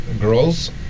girls